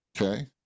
okay